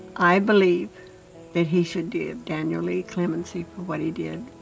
i believe that he should do annually clemency for what he did